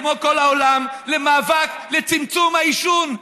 כמו כל העולם למאבק לצמצום העישון.